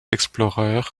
explorer